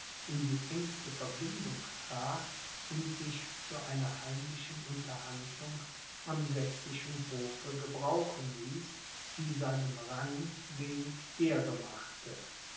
in die engste verbindung trat und sich zu einer heimlichen unterhandlung am sächsischen hofe gebrauchen ließ die seinem rang wenig ehre machte